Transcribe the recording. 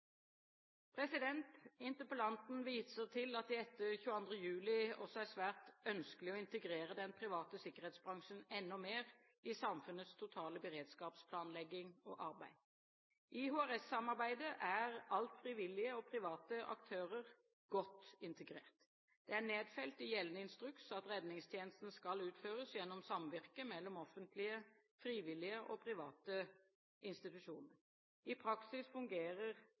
Interpellanten viser til at det etter 22. juli også er svært ønskelig å integrere den private sikkerhetsbransjen enda mer i samfunnets totale beredskapsplanlegging og arbeid. I HRS-samarbeidet er alt frivillig og private aktører godt integrert. Det er nedfelt i gjeldende instruks at redningstjenesten skal utføres gjennom samvirke mellom offentlige, frivillige og private institusjoner. I praksis fungerer